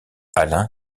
alain